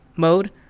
mode